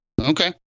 Okay